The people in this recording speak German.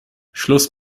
schluss